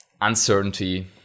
uncertainty